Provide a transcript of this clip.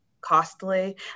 costly